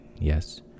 Yes